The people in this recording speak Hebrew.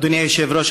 אדוני היושב-ראש,